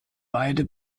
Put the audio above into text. beide